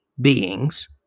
beings